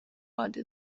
عالی